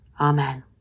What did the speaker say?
Amen